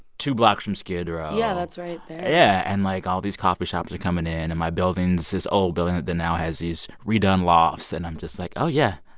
two blocks from skid row yeah. that's right there yeah. and, like, all these coffee shops are coming in. and my building's this old building that now has these redone lofts. and i'm just like, oh, yeah,